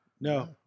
No